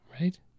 right